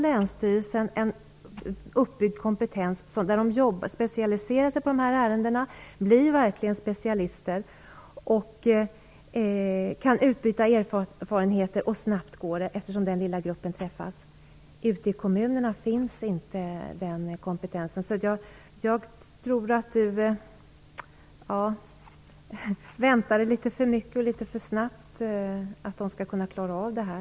Länsstyrelsen har ju en uppbyggd kompetens. De specialiserar sig på sådana här ärenden och blir verkligen specialister. Därmed kan de utbyta erfarenheter. Dessutom går det snabbt, eftersom den lilla gruppen träffas. Ute i kommunerna finns inte den kompetensen. Jag tror därför att statsrådet väntar sig litet för mycket. Det går nog inte att så snabbt klara av det här.